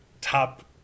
top